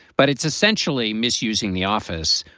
but it's essentially misusing the office,